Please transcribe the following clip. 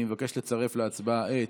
אני מבקש לצרף להצבעה את